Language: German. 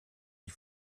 die